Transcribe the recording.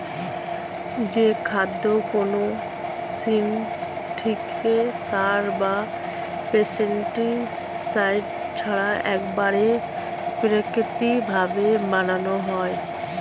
যে খাদ্য কোনো সিনথেটিক সার বা পেস্টিসাইড ছাড়া একবারে প্রাকৃতিক ভাবে বানানো হয়